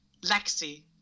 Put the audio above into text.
Lexi